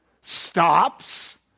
stops